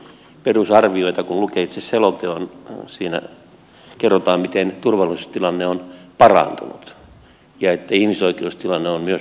kun lukee itse selonteon siinä kerrotaan miten turvallisuustilanne on parantunut ja että ihmisoikeustilanne on myös parantunut